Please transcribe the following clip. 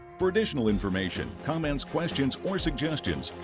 for additional information, comments, questions, or suggestions,